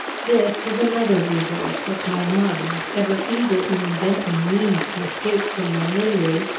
this was another resource that my mind, ever eager in inventing means to escape from my misery,